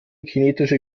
kinetische